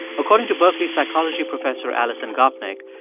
according to berkeley psychology professor alison gopnik,